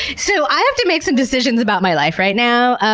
so, i have to make some decisions about my life right now.